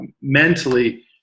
mentally